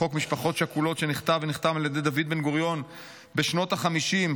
חוק משפחות שכולות שנכתב על ידי דוד בן-גוריון בשנות החמישים,